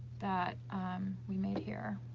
that we made here.